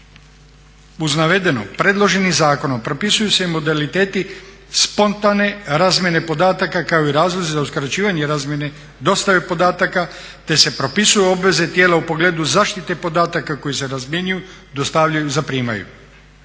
Uz navedeno predloženim zakonom propisuju se i modaliteti spontane razmjene podataka kao i razlozi za uskraćivanje razmjene, dostave podataka te se propisuju obveze tijela u pogledu zaštite podataka koji se razmjenjuju, dostavljaju, zaprimaju.